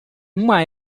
uma